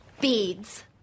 Beads